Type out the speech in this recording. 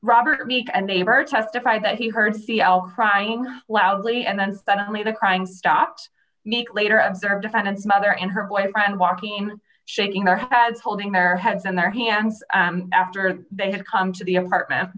robert meek and neighbor testified that he heard c l crying loudly and then suddenly the crying stopped meek later observed defendant mother and her boyfriend walking shaking their heads holding their heads in their hands after they had come to the apartment